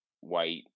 white